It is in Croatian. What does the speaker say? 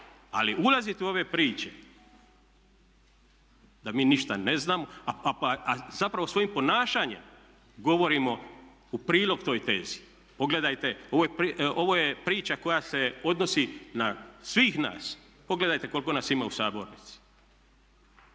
Ali ulazit u ove priče da mi ništa ne znamo, a zapravo svojim ponašanjem govorimo u prilog toj tezi. Pogledajte, ovo je priča koja se odnosi na svih nas. Pogledajte koliko nas ima u sabornici?